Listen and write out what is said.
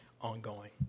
ongoing